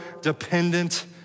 dependent